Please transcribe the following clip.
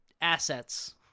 assets